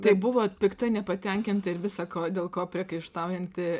tai buvot pikta nepatenkinta ir visa ko dėl ko priekaištaujanti